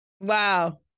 Wow